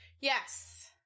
Yes